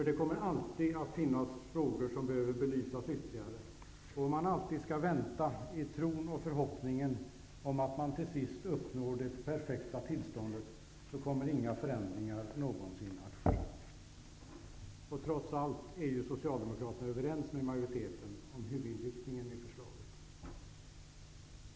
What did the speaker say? Det kommer alltid att finnas frågor som behöver belysas ytterligare, och om man alltid skall vänta i tron och förhoppningen om att man till sist uppnår det perfekta tillståndet kommer inga förändringar någonsin att ske. Trots allt är ju Socialdemokraterna överens med majoriteten om huvudinriktningen i förslaget.